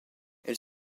elle